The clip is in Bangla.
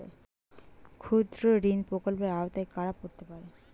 ক্ষুদ্রঋণ প্রকল্পের আওতায় কারা পড়তে পারে?